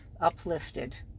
uplifted